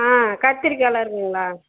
ஆ கத்திரிக்காயெலாம் இருக்குதுங்களா